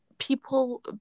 People